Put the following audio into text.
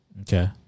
Okay